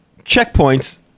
checkpoints